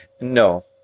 No